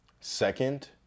second